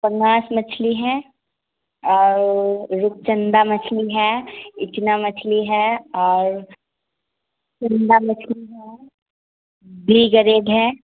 پناس مچھلی ہیں اور رکچنڈا مچھلی ہے اچنا مچھلی ہے اور چندا مچھلی ہے بی گریڈ ہے